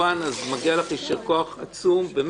מגיע לך יישר כוח עצום לא